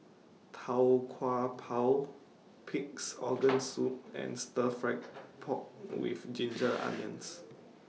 Tau Kwa Pau Pig'S Organ Soup and Stir Fry Pork with Ginger Onions